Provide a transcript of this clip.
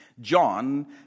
John